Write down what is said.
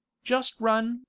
just run,